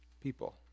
people